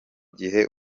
gihe